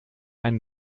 einen